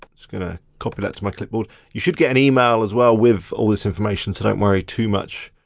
just gonna copy that to my clipboard. you should get an email as well with all this information, so don't worry too much.